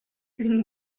une